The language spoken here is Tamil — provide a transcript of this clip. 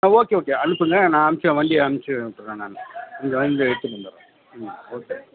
ஆ ஓகே ஓகே அனுப்புங்க நான் அனுச்ச வண்டியை அனுச்சி விட்டுடுறேன் நான் இங்கே வந்து எடுத்துகிட்டு வந்துடுறேன் ம் ஓகே